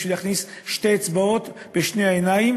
בשביל להכניס שתי אצבעות בשתי העיניים